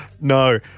No